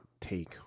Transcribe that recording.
take